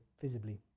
visibly